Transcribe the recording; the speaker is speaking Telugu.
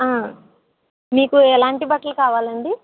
మీకు ఎలాంటి బట్టలు కావాలి అండి